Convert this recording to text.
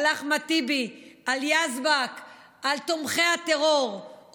על אחמד טיבי, על יזבק, על תומכי הטרור.